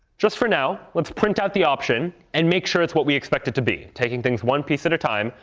just for now, let's print out the option and make sure it's what we expect it to be, taking things one piece at a time,